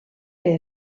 que